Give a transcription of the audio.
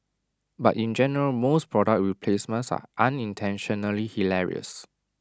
but in general most product we placements are unintentionally hilarious